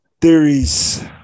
theories